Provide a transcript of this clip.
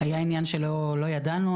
היה עניין שלא ידענו,